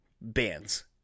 bands